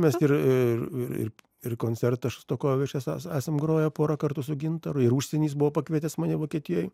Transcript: mes ir ir koncertą šostakovičiaus es esam groję pora kartų su gintaru ir užsieny jis buvo pakvietęs mane vokietijoj